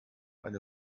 eine